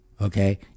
Okay